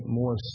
more